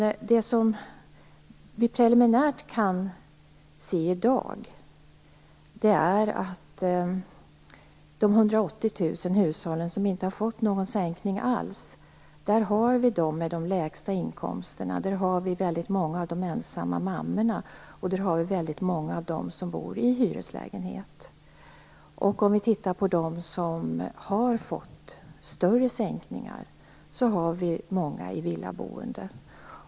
Preliminärt kan man i dag se att de 180 000 hushåll som inte har fått någon sänkning alls är de med de lägsta inkomsterna. Bland dessa finns väldigt många av de ensamma mammorna och de som bor i hyreslägenhet. Om man tittar på dem som har fått större sänkningar ser man att det handlar om många villaboende.